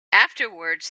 afterwards